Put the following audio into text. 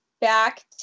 back